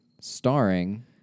Starring